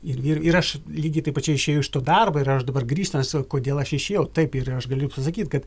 ir ir aš lygiai taip pat čia išėjau iš to darbo ir aš dabar grįžtant aš sakau kodėl aš išėjau taip yra aš galiu pasakyt kad